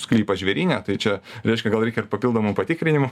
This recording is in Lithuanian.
sklypą žvėryne tai čia reiškia gal reikia ir papildomų patikrinimų